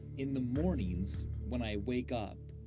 in the mornings, when i wake up,